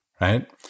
right